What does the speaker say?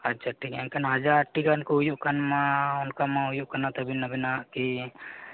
ᱟᱪᱪᱷᱟ ᱴᱷᱤᱠ ᱜᱮᱭᱟ ᱮᱱᱠᱷᱟᱱ ᱦᱟᱡᱟᱨᱴᱤ ᱜᱟᱱᱠᱚ ᱦᱩᱭᱩᱜ ᱠᱷᱟᱱ ᱢᱟ ᱚᱱᱠᱟ ᱢᱟ ᱦᱩᱭᱩᱜ ᱠᱟᱱᱟ ᱛᱟᱵᱮᱱ ᱟᱵᱮᱱᱟᱜ ᱠᱤ